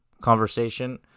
conversation